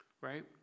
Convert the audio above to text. right